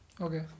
Okay